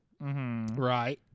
Right